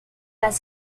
las